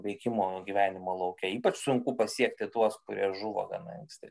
veikimo gyvenimo lauke ypač sunku pasiekti tuos kurie žuvo gana anksti